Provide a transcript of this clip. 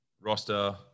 Roster